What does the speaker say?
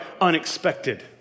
unexpected